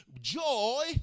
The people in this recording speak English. Joy